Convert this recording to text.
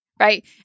right